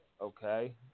okay